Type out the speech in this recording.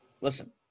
Listen